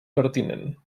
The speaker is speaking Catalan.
pertinent